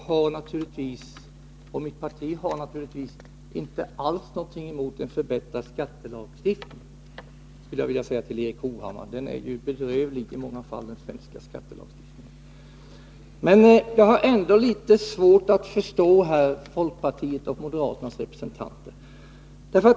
Herr talman! Jag och mitt parti har naturligtvis inte alls någonting emot en förbättrad skattelagstiftning. Det vill jag säga till Erik Hovhammar. Den svenska lagstiftningen är ju i många fall bedrövlig. Men jag har ändå litet svårt att förstå folkpartiets och moderaternas representanter.